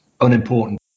unimportant